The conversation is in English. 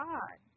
God